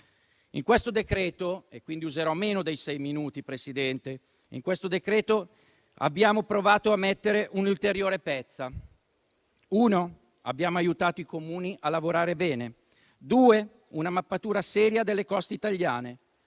In questo decreto-legge - userò meno dei sei minuti, Presidente - abbiamo provato a mettere un'ulteriore pezza. Uno: abbiamo aiutato i Comuni a lavorare bene. Due: una mappatura seria delle coste italiane.